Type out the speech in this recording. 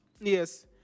Yes